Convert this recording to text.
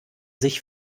sich